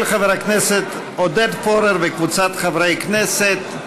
של חבר הכנסת עודד פורר וקבוצת חברי הכנסת,